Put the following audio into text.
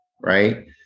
right